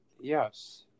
Yes